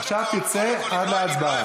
עכשיו תצא עד להצבעה.